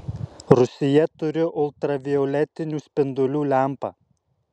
rūsyje turiu ultravioletinių spindulių lempą